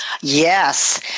Yes